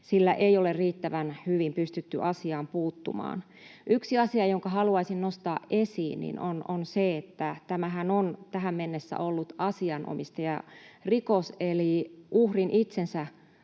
sillä ei ole riittävän hyvin pystytty asiaan puuttumaan. Yksi asia, jonka haluaisin nostaa esiin, on se, että tämähän on tähän mennessä ollut asianomistajarikos, eli uhrin itsensä